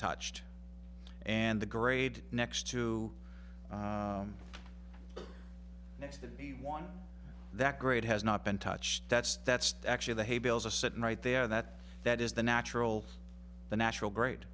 touched and the grade next to next to the one that grade has not been touched that's that's actually the hay bales are sitting right there that that is the natural the natural gr